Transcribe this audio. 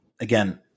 again